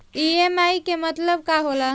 EMI के मतलब का होला?